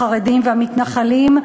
החרדים והמתנחלים,